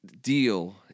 deal